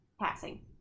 passing